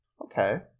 Okay